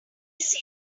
easy